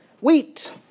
Wheat